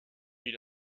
une